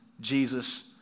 Jesus